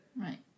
Right